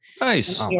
nice